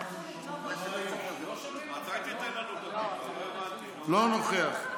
קרעי, אינו נוכח.